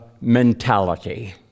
mentality